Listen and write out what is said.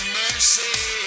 mercy